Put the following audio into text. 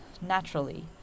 naturally